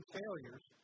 failures